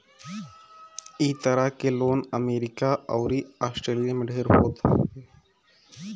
इ तरह के लोन अमेरिका अउरी आस्ट्रेलिया में ढेर होत हवे